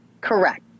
Correct